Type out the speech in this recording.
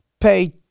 pay